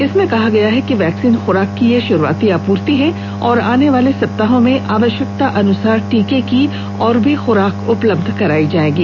इनमें कहा गया है कि वैक्सीन खुराक की ये शुरूआती आपूर्ति है और आने वाले सप्ताहों में आवश्यकतानुसार टीके की और भी खुराक उपलब्ध करायी जायेगी